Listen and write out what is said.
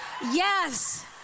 Yes